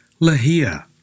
LaHia